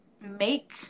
make